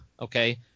okay